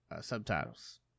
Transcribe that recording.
subtitles